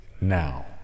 now